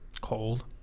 Cold